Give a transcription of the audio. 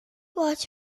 washed